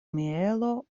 mielo